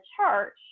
church